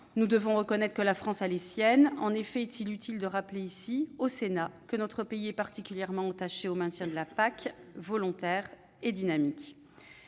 Nous devons reconnaître que la France a les siennes. En effet, est-il utile de rappeler ici, au Sénat, que notre pays est particulièrement attaché au maintien d'une PAC, ou politique